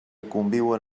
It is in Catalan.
conviuen